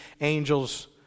angels